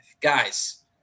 Guys